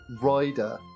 rider